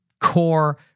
core